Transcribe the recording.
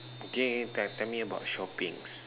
okay tell tell me about shopping